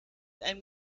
einem